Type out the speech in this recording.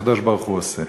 הקדוש-ברוך-הוא עושה.